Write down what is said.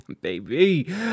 baby